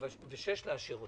לאשר אותן.